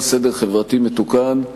כל סדר חברתי מתוקן,